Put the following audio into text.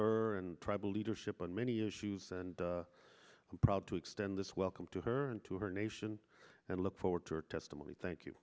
her and probably to ship on many issues and i'm proud to extend this welcome to her and to her nation and look forward to her testimony thank you